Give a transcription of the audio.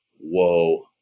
whoa